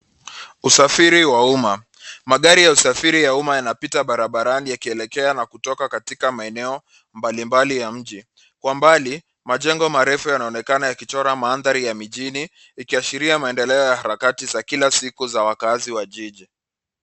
Usafiri wa umma ,magari ya usafiri wa umma yanapita barabarani, yakielekea na kutoka katika maeneo mbalimbali ya mji. Kwa mbali, majengo marefu yanaonekana yakichora mandhari ya mijini ikiashiria maendeleo ya harakati za kila siku za wakaazi wa jiji.